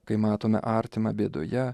kai matome artimą bėdoje